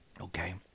Okay